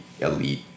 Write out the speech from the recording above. elite